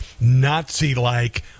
Nazi-like